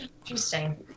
interesting